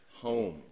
home